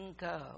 go